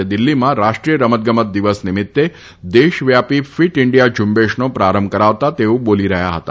આજે દિલ્હીમાં રાષ્ટ્રીય રમતગમત દિવસ નિમિત્ત દેશ વ્યાપી ફિટ ઇન્ડિયા ઝુંબેશનો પ્રારંભ કરાવતા તેઓ બોલી રહ્યા હતા